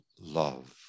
love